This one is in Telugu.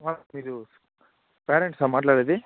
మీరు పేరెంట్సా మాట్లాడేది